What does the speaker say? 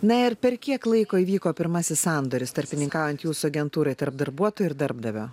na ir per kiek laiko įvyko pirmasis sandoris tarpininkaujant jūsų agentūrai tarp darbuotojo ir darbdavio